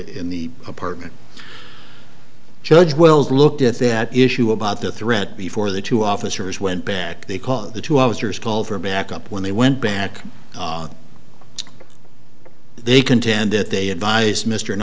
in the apartment judge wells looked at that issue about the threat before the two officers went back they call the two officers call for backup when they went back they contend that they advised mr and